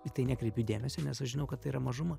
į tai nekreipiu dėmesio nes aš žinau kad yra mažuma